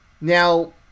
Now